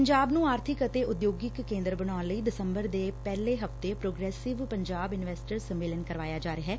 ਪੰਜਾਬ ਨੰ ਆਰਬਿਕ ਅਤੇ ਉਦਯੋਗਿਕ ਕੇਦਰ ਬਨਾਉਣ ਲਈ ਦਸੰਬਰ ਦੇ ਪਹਿਲੇ ਹਫ਼ਤੇ ਪ੍ਰੋਗਸ਼ਿਵ ਪੰਜਾਬ ਇਨਵਸਟਰਸ ਸੰਮੇਲਨ ਕਰਵਾਇੱਆ ਜਾ ਰਿਹੈ